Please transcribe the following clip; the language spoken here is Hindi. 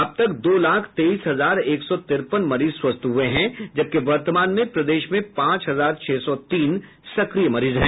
अब तक दो लाख तेईस हजार एक सौ तिरेपन मरीज स्वस्थ हुए हैं जबकि वर्तमान में प्रदेश में पांच हजार छह सौ तीन सक्रिय मरीज हैं